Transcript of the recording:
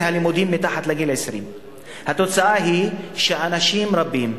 הלימודים מתחת לגיל 20. התוצאה היא שאנשים רבים,